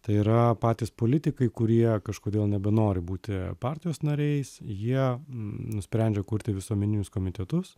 tai yra patys politikai kurie kažkodėl nebenori būti partijos nariais jie nusprendžia kurti visuomeninius komitetus